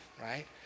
right